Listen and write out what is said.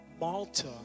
Malta